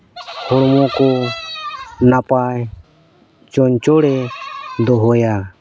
ᱦᱚᱲᱢᱚ ᱠᱚ ᱱᱟᱯᱟᱭ ᱪᱚᱧᱪᱚᱬᱮ ᱫᱚᱦᱚᱭᱟ